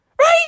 right